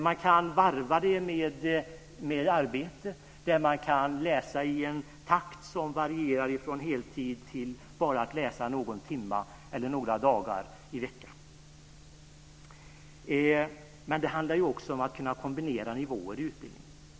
Man kan varva den med arbete, man kan läsa i en takt som varierar från heltid, till att bara läsa någon timma eller några dagar i veckan. Men det handlar också om att kunna kombinera nivåer i utbildningen.